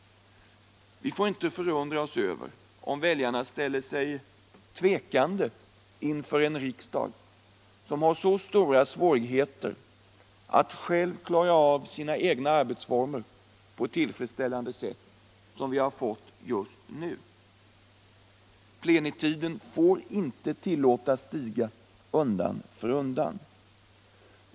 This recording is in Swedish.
Vi får inte förvåna oss över att väljarna ställer sig undrande till en riksdag som har så stora svårigheter att ordna sitt eget arbete på ett tillfredsställande sätt som vi har just nu. Plenitiden får inte tillåtas stiga undan för undan.